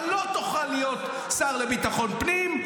אתה לא תוכל להיות שר לביטחון הפנים.